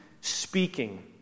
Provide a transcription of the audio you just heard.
speaking